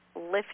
lift